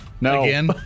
No